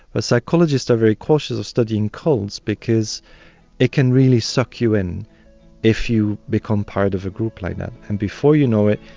ah psychologists are very cautious of studying cults because it can really suck you in if you become part of a group like that. and before you know it,